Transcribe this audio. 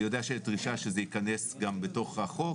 אני יודע שיש דרישה שזה ייכנס גם בתוך החוק.